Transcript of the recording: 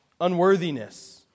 unworthiness